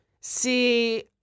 See